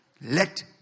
Let